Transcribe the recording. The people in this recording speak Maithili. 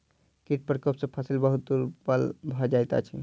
कीट प्रकोप सॅ फसिल बहुत दुर्बल भ जाइत अछि